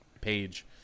Page